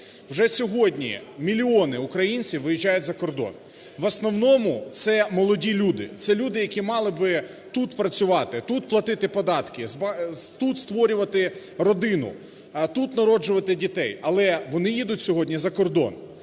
Вже сьогодні мільйони українців виїжджають за кордон, в основному це молоді люди, це люди, які мали б тут працювати, тут платити податки, тут створювати родину, тут народжувати дітей, але вони їдуть сьогодні за кордон